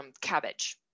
cabbage